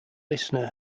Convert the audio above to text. listener